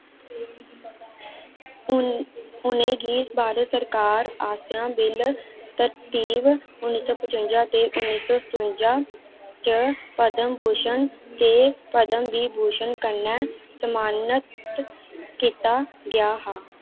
उ'नें गी भारत सरकार आसेआ बिल तरतीब उन्नी सौ पचुन्जा ते उन्नी सौ सतुंजा च पद्म भूशण ते पद्म विभूशण कन्नै सम्मानत कीता गेआ हा